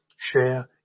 share